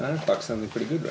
i've got some pretty good